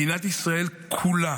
מדינת ישראל אינה